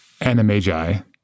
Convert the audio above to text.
animagi